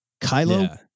Kylo